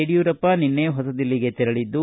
ಯಡಿಯೂರಪ್ಪ ನಿನ್ನೆ ಹೊಸ ದಿಲ್ಲಿಗೆ ತೆರಳಿದ್ದು